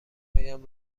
هایم